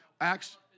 Acts